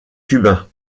cubains